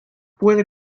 puede